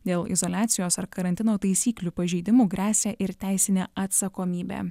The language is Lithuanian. dėl izoliacijos ar karantino taisyklių pažeidimų gresia ir teisinė atsakomybė